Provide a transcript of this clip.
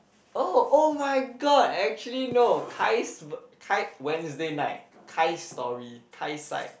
oh [oh]-my-god I actually know Kai's Kai Wednesday night Kai's story Kai's side